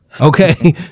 Okay